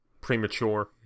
premature